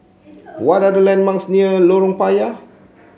what are the landmarks near Lorong Payah